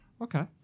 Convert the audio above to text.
Okay